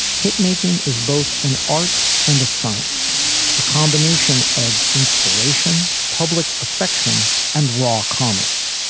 hit making is both an art and a science a combination of inspiration, public affection and raw commerce.